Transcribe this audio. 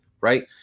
right